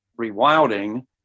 rewilding